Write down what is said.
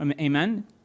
Amen